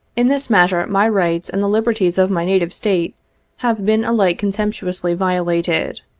in this matter my rights and the liberties of my native state have been alike contemptuously violated.